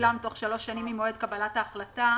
יושלם תוך שלוש שנים ממועד קבלת ההחלטה